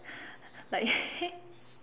like